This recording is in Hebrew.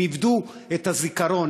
הם איבדו את הזיכרון,